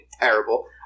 terrible